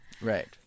Right